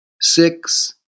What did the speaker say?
six